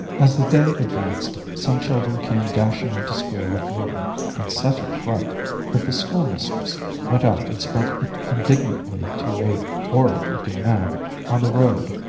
as the day advanced, some children came dashing into school at norton in such a fright that the schoolmistress went out and spoke indignantly to a horrid-looking man on the road.